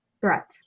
threat